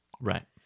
Right